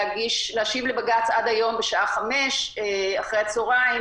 להשיב לבג"ץ עד היום בשעה 17:00 אחר-הצהריים